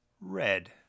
red